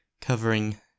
covering